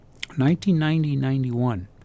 1990-91